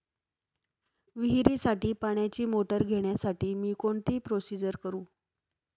विहिरीसाठी पाण्याची मोटर घेण्यासाठी मी कोणती प्रोसिजर करु?